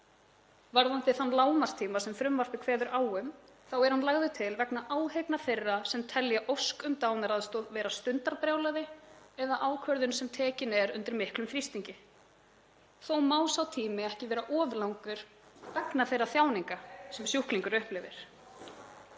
Varðandi þann lágmarkstíma sem frumvarpið kveður á um er hann lagður til vegna áhyggna þeirra sem telja ósk um dánaraðstoð vera stundarbrjálæði eða ákvörðun sem tekin er undir miklum þrýstingi. Þó má sá tími ekki vera of langur vegna þeirra þjáninga sem sjúklingur upplifir.